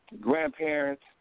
grandparents